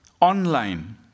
Online